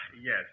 Yes